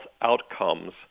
outcomes